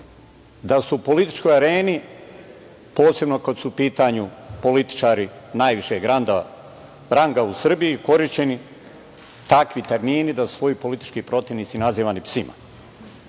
da su u političkoj areni, posebno kada su u pitanju političari najvišeg ranga u Srbiji, korišćeni takvi termini da su svoje političke protivnike nazivali